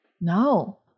No